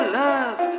love